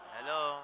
Hello